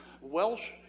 Welsh